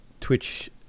Twitch